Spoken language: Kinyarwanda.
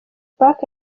park